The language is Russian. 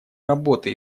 работы